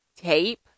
tape